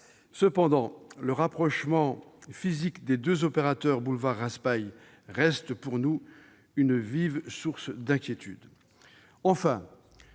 Cependant, le rapprochement physique des deux opérateurs boulevard Raspail reste pour nous une vive source d'inquiétude.